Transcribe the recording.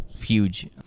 huge